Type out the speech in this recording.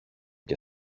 και